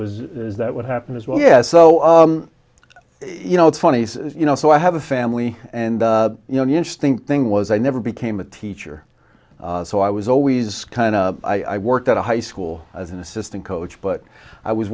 was that would happen as well yeah so you know it's funny you know so i have a family and you know the interesting thing was i never became a teacher so i was always kind of i worked at a high school as an assistant coach but i was